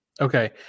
Okay